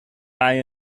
high